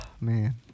man